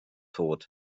tot